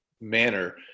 manner